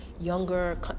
younger